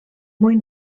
mwyn